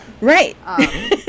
right